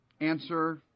answer